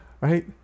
right